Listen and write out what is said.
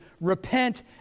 repent